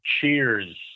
cheers